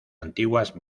antiguas